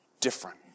different